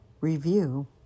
review